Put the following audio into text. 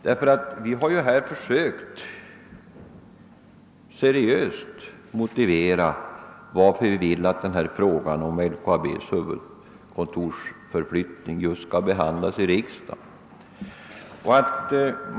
Vi har försökt att i motionen seriöst motivera varför vi vill att frågan om förflyttning av LKAB:s huvudkontor just skall behandlas i riksdagen.